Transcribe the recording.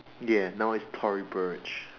ya now it's Tory Burch